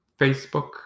Facebook